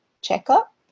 checkup